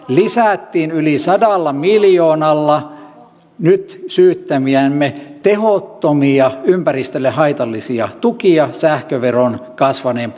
lisättiin yli sadalla miljoonalla nyt syyttämiänne tehottomia ympäristölle haitallisia tukia sähköveron kasvaneen